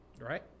Right